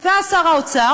בא שר האוצר,